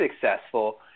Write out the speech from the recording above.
successful